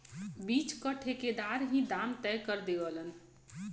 बीच क ठेकेदार ही दाम तय कर देवलन